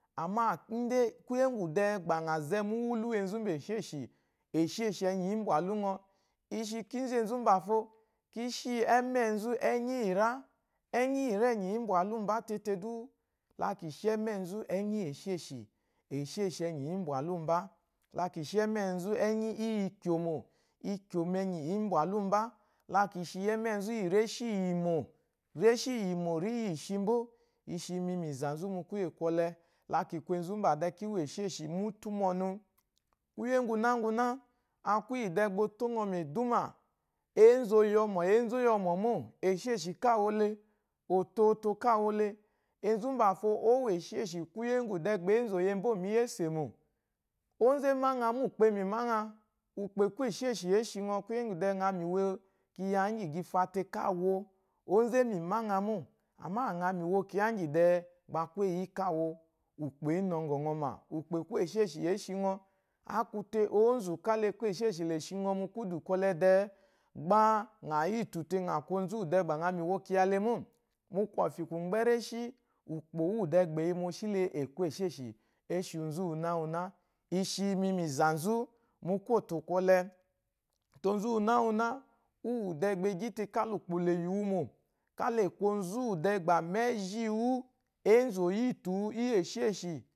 Àmâ ń dé kwúyè úŋgwù dɛɛ gba ŋa zɛ mu úwúlú úwù enzu úmbà èshêshì, èshêshì ɛnyí ǐ mbwàlú ŋɔ. I shi, kínzú enzu úmbàfo kí shi ɛ́mɛ́ɛ nzú ɛ́nyí íyìrá. Ɛ́nyí íyìrá ɛ̀nyì ǐ mbwàlúu mbá tete dúú. La kì shi ɛ́mɛ́ɛ nzú ɛ́nyí íyìshêshi, íyìshêshi ɛ̀ɛnyì ǐ mbwàlúu mbá, la kì shi ɛ́mɛ́ɛ nzú ɛ́nyí íyì ikyòmò, ikyòmò ɛ̀ɛnyì ǐ mbwàlúu mbá, la kì shi ɛ́mɛ́ɛ nzú íyì réshí iyìmò, réshíyìmò rǐ yì shi mbó. I shi mi mu ìzà nzú mu kwúyé kwɔlɛ, la kì kwu enzu úmbà dɛɛ kí wo èshêshí mu útú mu ɔnu. Kwúyè úŋgwunáŋgwuná a kwu íyì dɛɛ gbà o tó ŋɔ mu èdúmà, ěnzù o yi ɔmɔ̀, ěnzù ó yi ɔmɔ̀ mô, èshêshì káa wo le, òtoto káa wo le. Enzu úmbàfo ǒ wo èshêshì kwúyè úŋgwù dɛɛ, ónzù é má ŋa mô ùkpò è yi mu ìmá ŋa. Ùkpò è kwú èshêshì ě shi ŋɔ kwúyè úŋgwù dɛɛ ŋa mu ìwo kyiya ìŋgyì gbà i fa te káa wo. Ǒnzù é mu ìmá ŋa mô, amâ ŋa yi mu ìwo kyiya íŋgyì dɛɛ gbà a kwu éyi yí káa wo, ùkpò ě nɔŋgɔ̀ ŋɔ mà, ùkpò è kwú èshêshì ě shi ŋɔ. Á kwu te onzù káa la e kwú èshêshì la è shi ŋɔ mu kwúdù kwɔlɛ dɛɛ gbá ŋa yítù te ŋa kwu onzu úwù dɛɛ gbà ŋa yitú te ŋa kwu onzu úwù dɛɛ gbà ŋa yi mu ìwo kyiya le mô. Mu kwɔfyì kwù mgbɛ́ réshí, ùkpò úŋwù dɛɛ gbà è yi mu oshí le è kwú èshêshì é shi onzu úwunáwuná. I shi mi mu ìzà nzú, mu kwótò kwɔlɛ, te onzu úwunáwuná úwù dɛɛ gbà e gyí te káa la ùkpò la è yì wu mò, ká la è kwu onzu úwù dɛɛ gbà mu ɛ́zhíi wú ěnzu ò yítù wu, íyì èshêshì